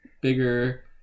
bigger